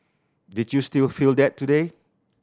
did you still feel that today